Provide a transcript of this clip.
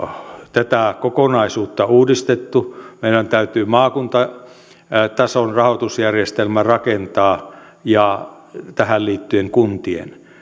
tätä kokonaisuutta uudistettu mutta meidän täytyy maakuntatason rahoitusjärjestelmä rakentaa ja tähän liittyen kuntien